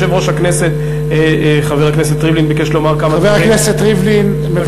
יושב-ראש הכנסת חבר הכנסת ריבלין ביקש לומר כמה דברים.